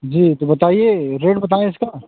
जी तो बताइए रेट बताएँ इसका